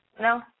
No